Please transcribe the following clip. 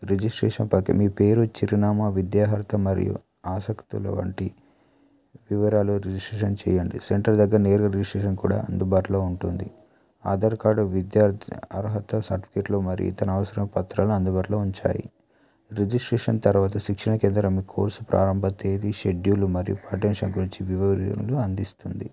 registration ప్రక్రి మీ పేరు చిరునామా విద్యార్హత మరియు ఆసక్తులు వంటి వివరాలు రిజిస్ట్రేషన్ చేయండి సెంటర్ దగ్గర నేరుగా రిజిస్ట్రేషన్ కూడా అందుబాటులో ఉంటుంది ఆధార్ కార్డు విద్యార్ది అర్హత సర్టిఫికేట్లో మరి తన అవసరం పత్రాల్ని అందుబాటులో ఉంచాయి రిజిస్ట్రేషన్ తర్వాత శిక్షణ కేంద్రం కోర్స్ ప్రారంభ తేదీ షెడ్యూల్ మరియు అటెన్షన్ గురించి వివరములు అందిస్తుంది